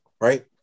right